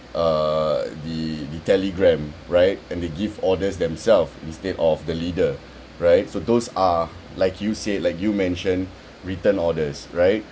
uh the the telegram right and they give orders themselves instead of the leader right so those are like you said like you mentioned written orders right